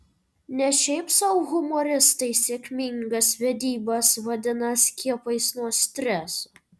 ne šiaip sau humoristai sėkmingas vedybas vadina skiepais nuo streso